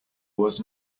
was